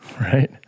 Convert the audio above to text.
right